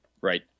right